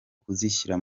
kuzishyira